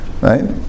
right